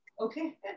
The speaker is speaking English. Okay